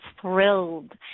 thrilled